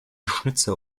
schnitzer